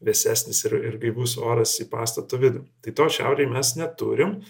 vėsesnis ir ir gaivus oras į pastato vidų tai to šiaurėj mes neturim